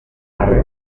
arre